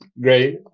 great